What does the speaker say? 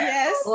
Yes